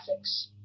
graphics